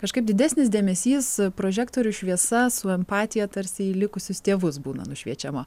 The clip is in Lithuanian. kažkaip didesnis dėmesys prožektoriui šviesa su empatija tarsi į likusius tėvus būna nušviečiama